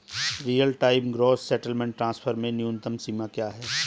Real time gross settlement transfer में न्यूनतम सीमा क्या है?